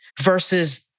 versus